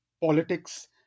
politics